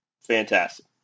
fantastic